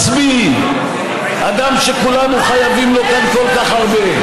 מצביא, אדם שכולנו חייבים לו כאן כל כך הרבה,